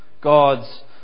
God's